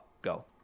go